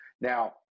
now